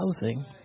housing